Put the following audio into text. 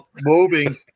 moving